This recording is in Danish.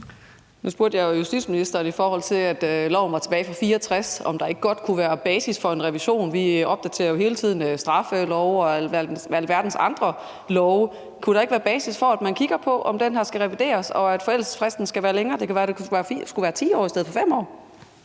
Nu spurgte jeg jo justitsministeren, i forhold til at loven er tilbage fra 1964, om der ikke godt kunne være basis for en revision. Vi opdaterer jo hele tiden straffelove og alverdens andre love. Kunne der ikke være basis for, at man kigger på, om den her lov skal revideres, og om forældelsesfristen skal være længere? Det kan være, den skal være 10 år i stedet for 5 år.